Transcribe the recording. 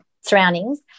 surroundings